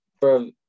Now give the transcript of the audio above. Bro